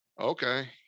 okay